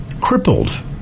crippled